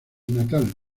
natal